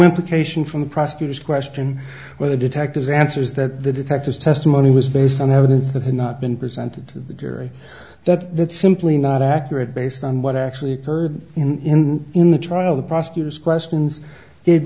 implication from the prosecutor's question where the detectives answers that the detectives testimony was based on evidence that had not been presented to the jury that that's simply not accurate based on what actually occurred in in the trial the prosecutor's questions